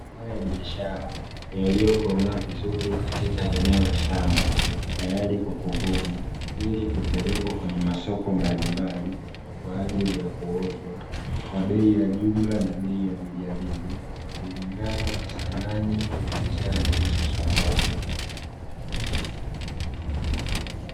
Mazao ya biashara yaliyokomaa vizuri katika eneo la shamba, tayari kwa kuvunwa, ili kupelekwa kwenye masoko mbalimbali kwa ajili ya kuuzwa, kwa bei ya jumla na bei ya rejareja, kulingana na thamani ya bei ya bidhaa hizo sokoni.